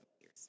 years